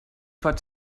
pot